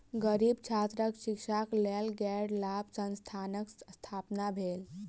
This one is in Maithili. गरीब छात्रक शिक्षाक लेल गैर लाभ संस्थानक स्थापना भेल